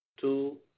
Two